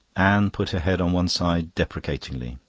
anne put her head on one side deprecatingly.